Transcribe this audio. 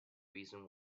reason